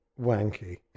wanky